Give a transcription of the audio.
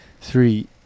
Three